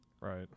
Right